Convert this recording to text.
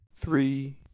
Three